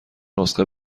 نسخه